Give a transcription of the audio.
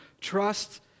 Trust